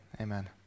amen